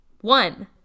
One